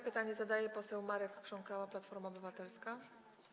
Pytanie zadaje poseł Marek Krząkała, Platforma Obywatelska.